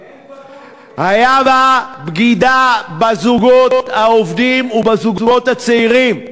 כי אין כבר כור הייתה בה בגידה בזוגות העובדים ובזוגות הצעירים.